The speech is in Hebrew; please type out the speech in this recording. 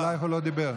אליך הוא לא דיבר.